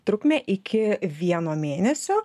trukmę iki vieno mėnesio